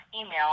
email